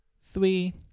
Three